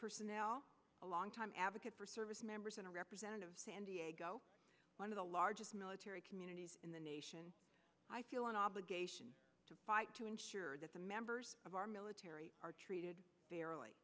personnel a longtime advocate for service members in a representative san diego one of the largest military communities in the nation i feel an obligation to fight to ensure that the members of our military are treated fairly